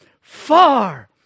Far